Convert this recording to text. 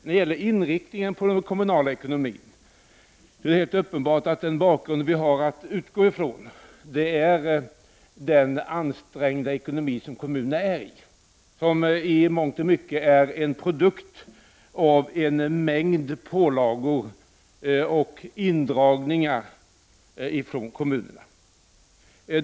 När det gäller inriktningen av den kommunala ekonomin är det uppenbart att vi har att utgå ifrån den ansträngda ekonomi som kommunerna nu har. Den är i mångt och mycket en produkt av en mängd pålagor och indragningar från kommunerna.